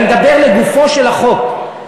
אני מדבר לגופו של החוק.